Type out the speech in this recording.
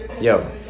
Yo